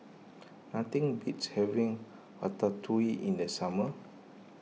nothing beats having Ratatouille in the summer